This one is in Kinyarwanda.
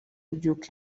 ry’uko